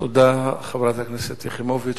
תודה לחברת הכנסת יחימוביץ.